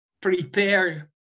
prepare